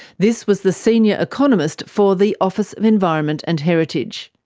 this was the senior economist for the office of environment and heritage.